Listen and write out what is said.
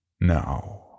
Now